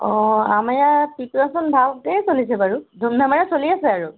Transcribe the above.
অঁ আমাৰ ইয়াত প্ৰিপাৰেশ্যন ভালকেই চলিছে বাৰু ধুমধামেৰে চলি আছে আৰু